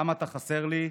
כמה אתה חסר לי.